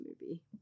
movie